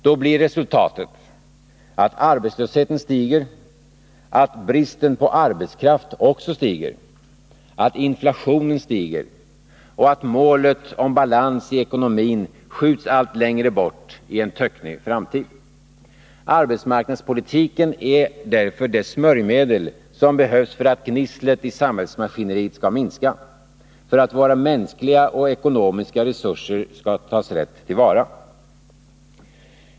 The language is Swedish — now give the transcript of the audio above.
Resultatet blir då att arbetslösheten stiger, att bristen på arbetskraft också stiger, att inflationen stiger och att målet om balans i ekonomin skjuts allt längre bort i en töcknig framtid. Arbetsmarknadspolitiken är därför det smörjmedel som behövs för att gnisslet i samhällsmaskineriet skall minska — för att våra mänskliga och ekonomiska resurser skall tas rätt till vara.